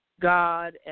God